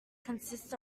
consists